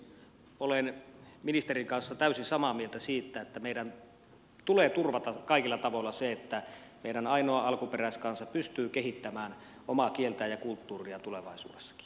olen ministerin kanssa täysin samaa mieltä siitä että meidän tulee turvata kaikilla tavoilla se että meidän ainoa alkuperäiskansamme pystyy kehittämään omaa kieltään ja kulttuuriaan tulevaisuudessakin